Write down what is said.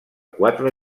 quatre